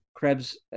Kreb's